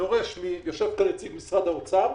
יושב כאן נציג האוצר,